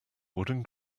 wooden